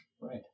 Right